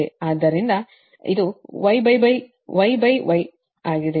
ಆದ್ದರಿಂದ ಇದು y ಆಗಿದೆ